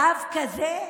דווקא זה?